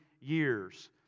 years